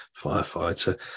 firefighter